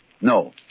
No